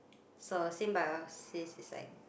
so symbiosis is like